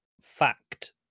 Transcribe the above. fact